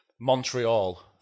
Montreal